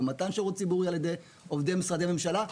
במתן שירות ציבורי על ידי עובדי משרדי ממשלה,